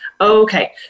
Okay